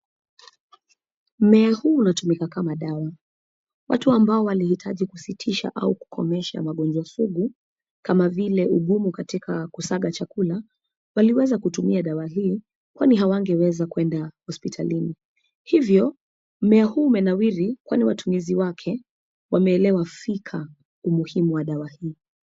Mmea huu unatumika kama dawa. Watu ambao walihitaji kusitisha au kukomesha magonjwa sugu kama vile ugumu katika kusaga chakula, waliweza kutumia dawa hii kwani hawangeweza kuenda hospitalini hivyo, mmea huu umenawiri kwani watumizi wake wameelewa fika umuhimu wa dawa hii.